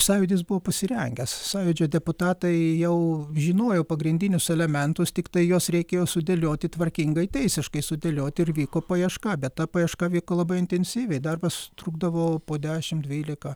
sąjūdis buvo pasirengęs sąjūdžio deputatai jau žinojo pagrindinius elementus tiktai juos reikėjo sudėlioti tvarkingai teisiškai sudėlioti ir vyko paieška bet ta paieška vyko labai intensyviai darbas trukdavo po dešimt dvylika